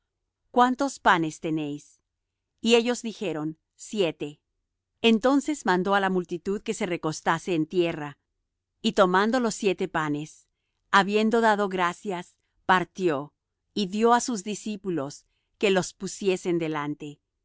cuántos panes tenéis y ellos dijeron siete entonces mandó á la multitud que se recostase en tierra y tomando los siete panes habiendo dado gracias partió y dió á sus discípulos que los pusiesen delante